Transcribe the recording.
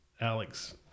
Alex